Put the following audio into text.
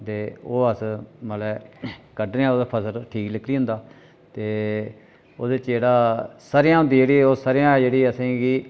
ते ओह् अस मतलब कड्ढनें आं ठीक निकली जंदा ते ओह्दे च जेह्ड़ा स'रेआं होंदी जेह्ड़ी स'रेआं असें गी